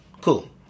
Cool